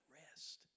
rest